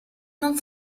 non